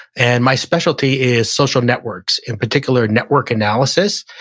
and my specialty is social networks, in particular network analysis.